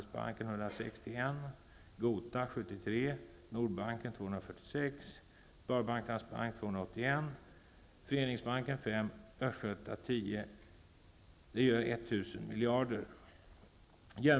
Skattebetalarna får betala ''hela kalaset'': 2.